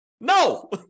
No